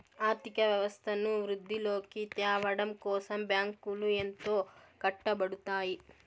ఆర్థిక వ్యవస్థను వృద్ధిలోకి త్యావడం కోసం బ్యాంకులు ఎంతో కట్టపడుతాయి